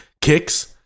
kicks